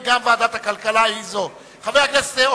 ראשונה,